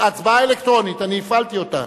אני הפעלתי אותה.